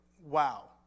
Wow